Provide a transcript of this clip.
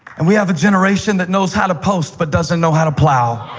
and we have a generation that knows how to post but doesn't know how to plow.